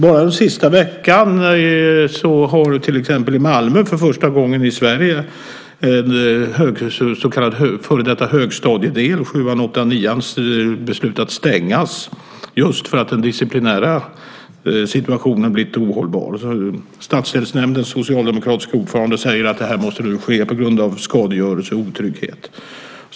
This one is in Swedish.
Bara den senaste veckan har man för första gången i Sverige beslutat att stänga en före detta högstadiedel - årskurserna 7, 8 och 9 - just för att den disciplinära situationen har blivit ohållbar. Stadsdelsnämndens socialdemokratiska ordförande säger att det här nu måste ske på grund av skadegörelse och otrygghet.